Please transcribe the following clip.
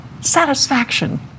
satisfaction